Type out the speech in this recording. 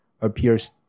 appears